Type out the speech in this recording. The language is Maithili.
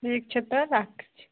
ठीक छै तऽ राखय छी